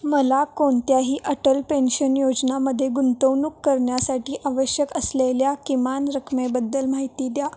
मला कोणत्याही अटल पेन्शन योजनामध्ये गुंतवणूक करण्यासाठी आवश्यक असलेल्या किमान रकमेबद्दल माहिती द्या